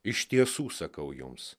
iš tiesų sakau jums